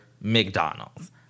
McDonald's